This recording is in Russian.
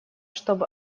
чтобы